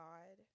God